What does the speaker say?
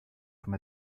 from